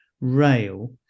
rail